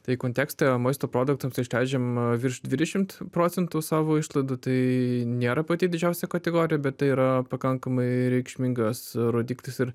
tai kontekste maisto produktams išleidžiam virš dvidešimt procentų savo išlaidų tai nėra pati didžiausia kategorija bet tai yra pakankamai reikšmingas rodiklis ir